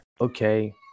okay